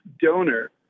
donor